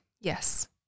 yes